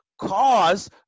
Cause